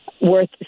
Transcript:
worth